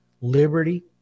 Liberty